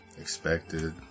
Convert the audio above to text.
expected